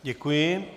Děkuji.